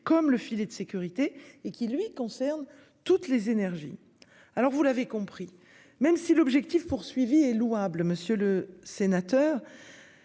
comme le filet de sécurité et qui lui concerne toutes les énergies. Alors vous l'avez compris, même si l'objectif poursuivi est louable, monsieur le sénateur.